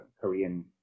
Korean